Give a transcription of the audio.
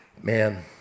Man